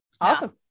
awesome